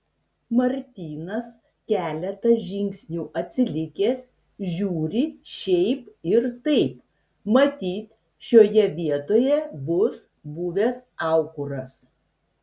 martynas keletą žingsnių atsilikęs žiūri šiaip ir taip matyt šioje vietoje bus buvęs aukuras